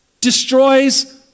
destroys